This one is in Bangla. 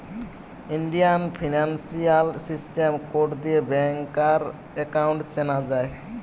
ইন্ডিয়ান ফিনান্সিয়াল সিস্টেম কোড দিয়ে ব্যাংকার একাউন্ট চেনা যায়